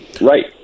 Right